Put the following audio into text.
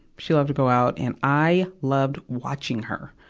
she loved to go out, and i loved watching her.